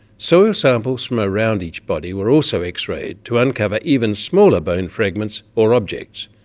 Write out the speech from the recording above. soil samples from around each body were also x-rayed to uncover even smaller bone fragments or objects,